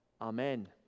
Amen